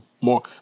More